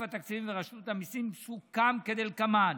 אגף התקציבים ורשות המיסים, סוכם כדלהלן: